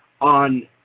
on